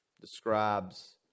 describes